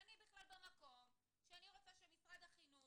ואני בכלל במקום שאני רוצה שמשרד החינוך,